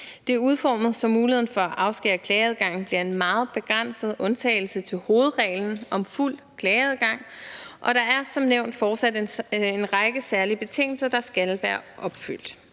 er udformet, så mulighederne for at afskære klageadgangen bliver en meget begrænset undtagelse til hovedreglen om fuld klageadgang, og der er som nævnt fortsat en række særlige betingelser, der skal være opfyldt.